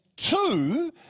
Two